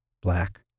black